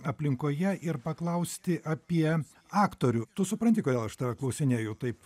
aplinkoje ir paklausti apie aktorių tu supranti kodėl aš tave klausinėju taip